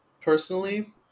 personally